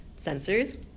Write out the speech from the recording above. sensors